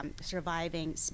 surviving